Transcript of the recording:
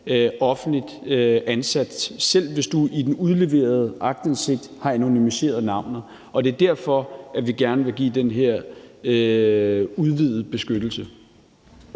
offentligt ansat, selv hvis du i den udleverede aktindsigt har anonymiseret navnet. Det er derfor, vi gerne vil give den her udvidede beskyttelse.